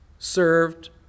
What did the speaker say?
served